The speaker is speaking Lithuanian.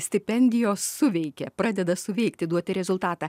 stipendijos suveikia pradeda suveikti duoti rezultatą